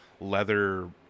leather